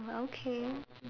okay